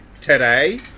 today